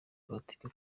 politike